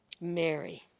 Mary